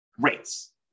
rates